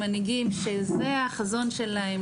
מנהגים שזה החזון שלהם,